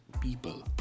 people